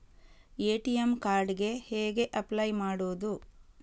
ATM card ಗೆ ಹೇಗೆ apply ಮಾಡುವುದು?